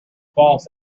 false